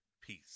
Peace